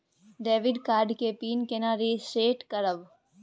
Debit card के pin केना reset करब?